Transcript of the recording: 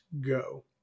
go